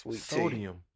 sodium